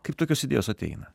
kaip tokios idėjos ateina